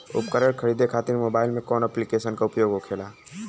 उपकरण खरीदे खाते मोबाइल में कौन ऐप्लिकेशन का उपयोग होखेला?